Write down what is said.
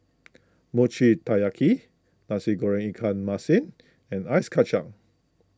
Mochi Taiyaki Nasi Goreng Ikan Masin and Ice Kacang